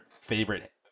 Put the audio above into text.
favorite